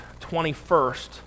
21st